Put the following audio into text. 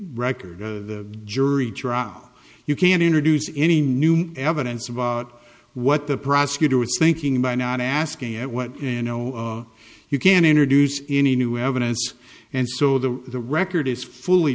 record jury trial you can't introduce any new evidence about what the prosecutor was thinking by not asking at what you know you can introduce any new evidence and so the the record is fully